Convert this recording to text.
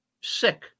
Sick